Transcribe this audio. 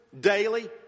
daily